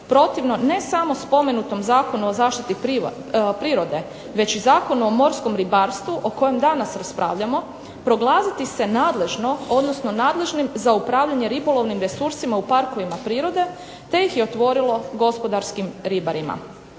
protivno ne samo spomenutom Zakonu o zaštiti prirode, već i Zakonu o morskom ribarstvu o kojem danas raspravljamo, proglasiti se nadležnim za upravljanje ribolovnim resursima u parkovima prirode te ih je otvorilo gospodarskim ribarima.